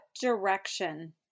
direction